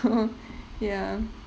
so ya